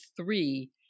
three